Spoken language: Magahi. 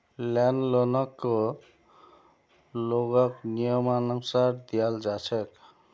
लैंड लोनकको लोगक नियमानुसार दियाल जा छेक